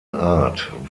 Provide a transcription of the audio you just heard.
art